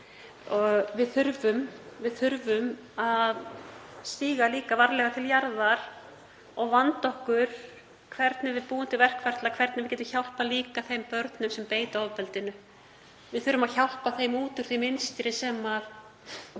Við þurfum að stíga líka varlega til jarðar og vanda okkur í því hvernig við búum til verkferla, hvernig við getum hjálpað líka þeim börnum sem beita ofbeldinu. Við þurfum að hjálpa þeim út úr því mynstri sem þau